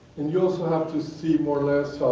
and yeah also have to see more or less